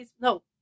no